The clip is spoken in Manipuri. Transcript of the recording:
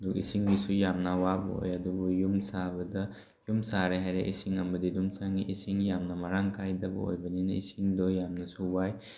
ꯑꯗꯨ ꯏꯁꯤꯡꯒꯤꯁꯨ ꯌꯥꯝꯅ ꯑꯋꯥꯕ ꯑꯣꯏ ꯑꯗꯨꯕꯨ ꯌꯨꯝ ꯁꯥꯕꯗ ꯌꯨꯝ ꯁꯥꯔꯦ ꯍꯥꯏꯔꯦ ꯏꯁꯤꯡ ꯑꯃꯗꯤ ꯑꯗꯨꯝ ꯆꯪꯏ ꯏꯁꯤꯡ ꯌꯥꯝꯅ ꯃꯔꯥꯡ ꯀꯥꯏꯗꯕ ꯑꯣꯏꯕꯅꯤꯅ ꯏꯁꯤꯡꯗꯣ ꯌꯥꯝꯅꯁꯨ ꯋꯥꯏ